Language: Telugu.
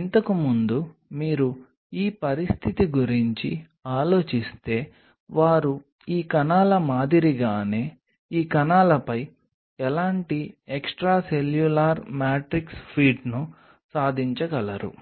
ఇంతకు ముందు మీరు ఈ పరిస్థితి గురించి ఆలోచిస్తే వారు ఈ కణాల మాదిరిగానే ఈ కణాలపై ఎలాంటి ఎక్స్ట్రాసెల్యులర్ మ్యాట్రిక్స్ ఫీట్ ను సాధించగలరు